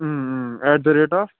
at the rate of